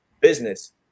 business